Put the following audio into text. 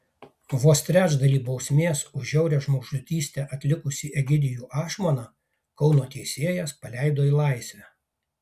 vos trečdalį bausmės už žiaurią žmogžudystę atlikusį egidijų ašmoną kauno teisėjas paleido į laisvę